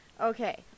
Okay